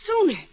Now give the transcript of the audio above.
sooner